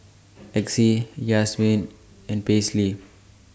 Exie Yazmin and Paisley